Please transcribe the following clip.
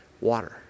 Water